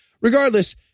Regardless